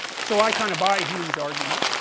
so i kind of buy hume's argument